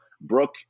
Brooke